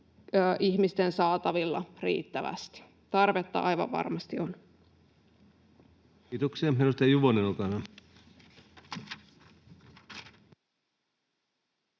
ihmisten saatavilla riittävästi. Tarvetta aivan varmasti on. Kiitoksia. — Edustaja Juvonen, olkaa hyvä.